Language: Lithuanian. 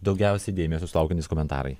daugiausiai dėmesio sulaukiantys komentarai